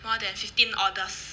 more than fifteen orders